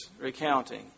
recounting